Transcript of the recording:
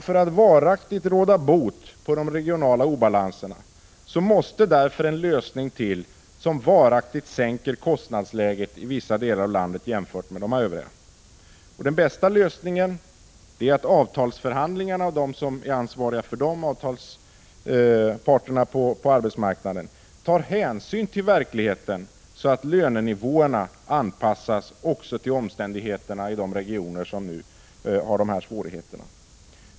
För att varaktigt råda bot på de regionala obalanserna måste en lösning till som varaktigt sänker kostnadsläget i vissa delar av landet jämfört med de övriga delarna. Den bästa lösningen är att parterna på arbetsmarknaden, som är ansvariga för avtalsförhandlingarna, tar hänsyn till verkligheten så att lönenivåerna anpassas också till omständigheterna i de regioner som har dessa svårigheter.